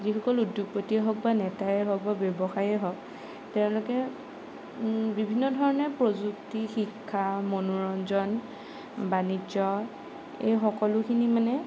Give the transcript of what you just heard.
যিসকল উদ্যোগপতিয়ে হওক বা নেতাই হওক বা ব্যৱসায়ীয়ে হওক তেওঁলোকে বিভিন্ন ধৰণে প্ৰযুক্তি শিক্ষা মনোৰঞ্জন বাণিজ্য এই সকলোখিনি মানে